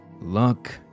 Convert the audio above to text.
luck